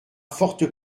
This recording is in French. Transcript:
forte